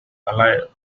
alive